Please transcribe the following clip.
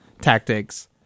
tactics